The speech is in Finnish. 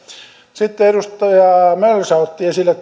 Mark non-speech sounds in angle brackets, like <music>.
sitten edustaja mölsä otti esille <unintelligible>